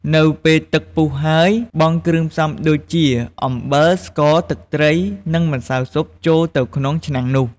នៅពេលទឹកពុះហើយ បង់គ្រឿងផ្សំដូចជា អំបិល ស្ករ ទឹកត្រី និងម្សៅស៊ុបចូលទៅក្នុងឆ្នាំងនោះ។